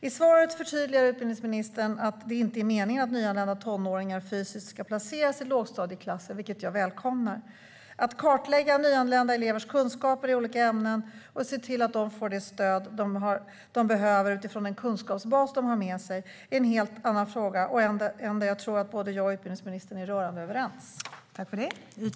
I svaret förtydligar utbildningsministern att det inte är meningen att nyanlända tonåringar fysiskt ska placeras i lågstadieklasser, vilket jag välkomnar. Att kartlägga nyanlända elevers kunskaper i olika ämnen och se till att de får det stöd som de behöver utifrån den kunskapsbas som de har med sig är en helt annan fråga. Jag tror att både jag och utbildningsministern är rörande överens om det.